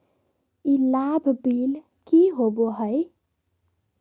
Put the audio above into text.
ई लाभ बिल की होबो हैं?